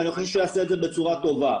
ואני חושב שהוא יעשה את זה בצורה טובה.